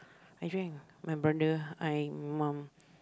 I drank my brother I mom